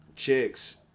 Chicks